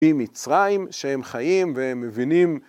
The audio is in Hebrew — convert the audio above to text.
עם מצרים שהם חיים והם מבינים